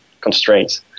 constraints